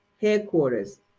headquarters